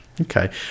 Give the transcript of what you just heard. Okay